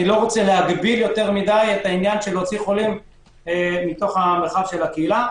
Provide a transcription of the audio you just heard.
אני לא רוצה להגביל יותר מדי את העניין של להוציא חולים ממרחב הקהילה.